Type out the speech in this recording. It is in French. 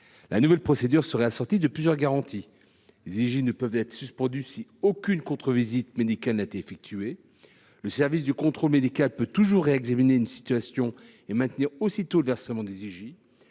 La nouvelle procédure serait assortie de plusieurs garanties. Les indemnités journalières ne pourront pas être suspendues si aucune contre visite médicale n’est effectuée. Le service du contrôle médical pourra toujours réexaminer une situation et maintenir aussitôt le versement des IJ.